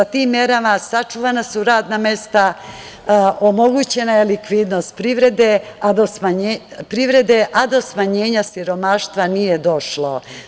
Sa tim merama sačuvana su radna mesta, omogućena je likvidnost privrede, a do smanjenja siromaštva nije došlo.